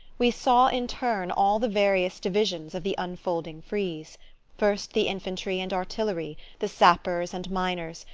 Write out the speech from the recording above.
we saw in turn all the various divisions of the unfolding frieze first the infantry and artillery, the sappers and miners,